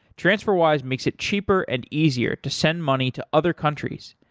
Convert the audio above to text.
transferwise makes it cheaper and easier to send money to other countries.